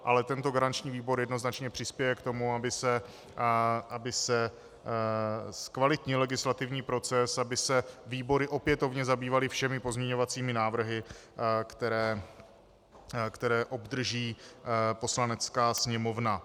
Ale tento garanční výbor jednoznačně přispěje k tomu, aby se zkvalitnil legislativní proces, aby se výbory opětovně zabývaly všemi pozměňovacími návrhy, které obdrží Poslanecká sněmovna.